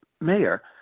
Mayor